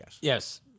Yes